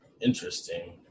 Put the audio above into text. Interesting